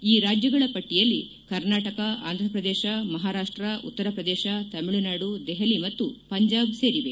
ಈ ರಾಜ್ಯಗಳ ಪಟ್ಟಿಯಲ್ಲಿ ಕರ್ನಾಟಕ ಆಂಧ್ರಪ್ರದೇಶ ಮಹಾರಾಷ್ಟ ಉತ್ತರಪ್ರದೇಶ ತಮಿಳುನಾಡು ದೆಪಲಿ ಮತ್ತು ಪಂಜಾಬ್ ಸೇರಿವೆ